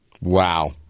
Wow